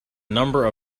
number